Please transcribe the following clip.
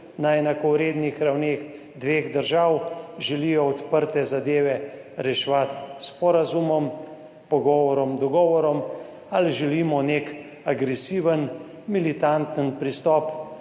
na enakovrednih ravneh dveh držav želijo odprte zadeve reševati s sporazumom, pogovorom, dogovorom. Ali želimo nek agresiven, militanten pristop,